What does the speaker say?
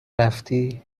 رفتی